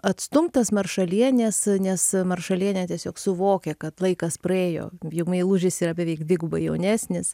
atstumtas maršalienės nes maršalienė tiesiog suvokia kad laikas praėjo jau meilužis yra beveik dvigubai jaunesnis